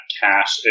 cash